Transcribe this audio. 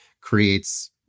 creates